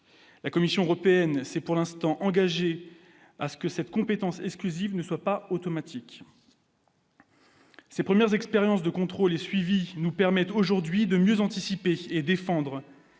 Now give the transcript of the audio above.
la Commission européenne s'est pour l'instant, engagé à ce que cette compétence exclusive ne soit pas automatique. Ses premières expériences de contrôler suivi nous permettent aujourd'hui de mieux anticiper et défendre